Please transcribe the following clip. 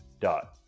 Dot